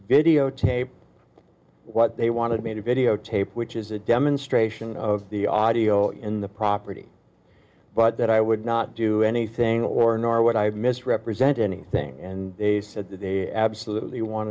videotape what they wanted me to videotape which is a demonstration of the audio in the property but that i would not do anything or nor would i have misrepresented anything and they said they absolutely want